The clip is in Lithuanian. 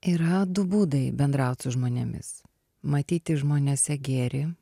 yra du būdai bendraut su žmonėmis matyti žmonėse gėrį